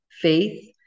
faith